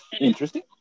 interesting